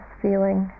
feeling